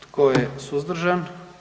Tko je suzdržan?